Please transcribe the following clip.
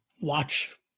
watch